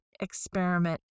experiment